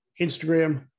Instagram